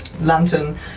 lantern